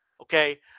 okay